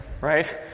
right